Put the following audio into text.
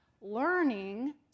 learning